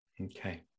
Okay